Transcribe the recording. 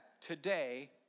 today